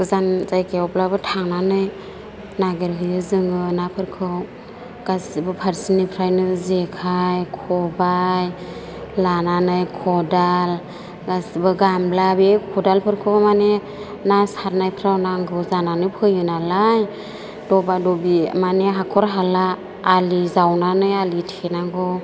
गोजान जायगायावब्लाबो थांनानै नागिरहैयो जोङो नाफोरखौ गासैबो फारसेनिफ्रायनो जेखाय खबाय लानानै खदाल गासैबो गामब्ला बे खदालफोरखौ माने ना सारनायफोराव नांगौ जानानै फैयो नालाय दबा दबि माने हाखर हाला आलि जावनानै आलि थेनांगौ